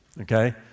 okay